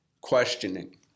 Questioning